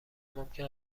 ممکن